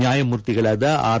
ನ್ಯಾಯಮೂರ್ತಿಗಳಾದ ಆರ್